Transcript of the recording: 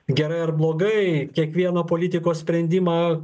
gerai ar blogai kiekvieno politiko sprendimą